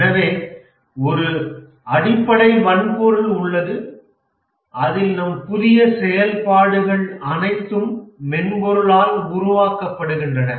எனவே ஒரு அடிப்படை வன்பொருள் உள்ளது அதில் நம் புதிய செயல்பாடுகள் அனைத்தும் மென்பொருளால் உருவாக்கப்படுகின்றன